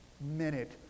minute